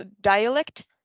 dialect